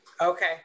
Okay